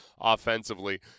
offensively